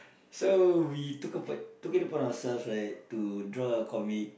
so we took it took it upon ourselves right to draw a comic